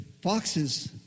foxes